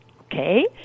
okay